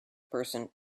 person